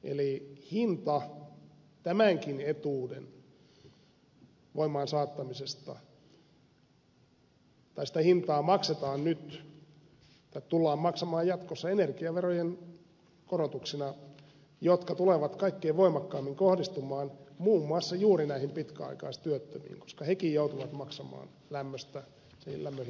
eli hintaa tämänkin etuuden voimaan saattamisesta tullaan maksamaan jatkossa energiaverojen korotuksina jotka tulevat kaikkein voimakkaimmin kohdistumaan muun muassa juuri näihin pitkäaikaistyöttömiin koska hekin joutuvat maksamaan lämmöstä lämmön hinnankorotuksina